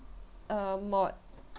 uh mod